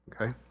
okay